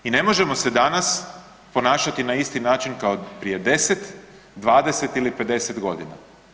I ne možemo se danas ponašati na isti način kao prije 10, 20 ili 50 godina.